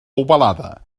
ovalada